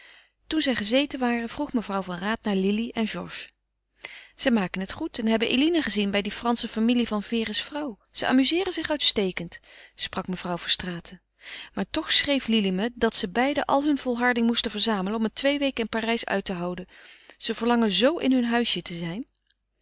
toen zij gezeten waren vroeg mevrouw van raat naar lili en georges ze maken het goed en hebben eline gezien bij die fransche familie van vere's vrouw ze amuzeeren zich uitstekend sprak mevrouw verstraeten maar toch schreef lili me dat ze beiden al hun volharding moesten verzamelen om het twee weken in parijs uit te houden ze verlangen zoo in hun huisje te zijn